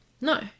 No